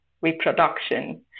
reproduction